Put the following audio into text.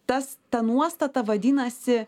tas ta nuostata vadinasi